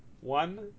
one